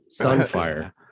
Sunfire